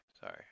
Sorry